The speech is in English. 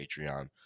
Patreon